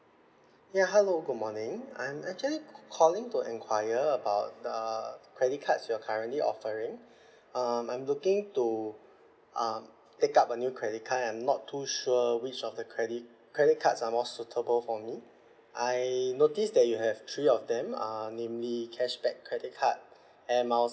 ya hello good morning I'm actually calling to enquire about uh credit cards you're currently offering um I'm looking to um take up a new credit card and I'm not too sure which of the credit credit cards are more suitable for me I notice that you have three of them um namely cashback credit card air miles